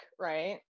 right